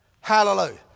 hallelujah